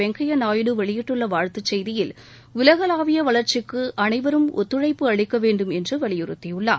வெங்கையா நாயுடு வெளியிட்டுள்ள வாழ்த்துச் செய்தியில் உலகளாவிய வளர்ச்சிக்கு அனைவரும் ஒத்துழைப்பு அளிக்க வேண்டும் என்று வலியுறுத்தியுள்ளார்